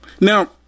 Now